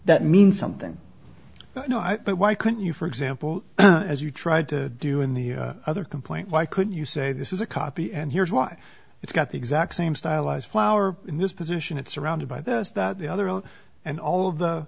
that means something but why couldn't you for example as you tried to do in the other complaint why couldn't you say this is a copy and here's why it's got the exact same stylized flower in this position it's surrounded by those that the other own and all of the